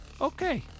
Okay